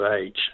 age